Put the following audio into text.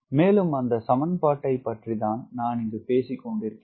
மேலும் அந்த சமன்பாடை பற்றித்தான் நான் இங்கு பேசிக்கொண்டிருந்தேன்